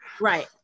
Right